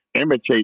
imitate